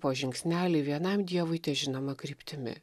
po žingsnelį vienam dievui težinoma kryptimi